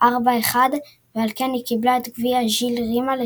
4 - 1 ועל כן היא קיבלה את גביע ז'יל רימה לצמיתות.